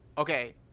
okay